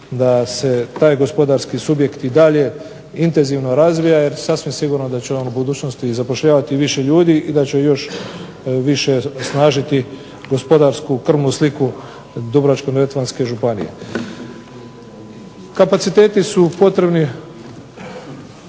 da se taj gospodarski subjekt i dalje intenzivno razvija. Jer sasvim sigurno da će on u budućnosti zapošljavati i više ljudi i da će još više osnažiti gospodarsku krvnu sliku Dubrovačko-neretvanske županije. Kapaciteti su potrebni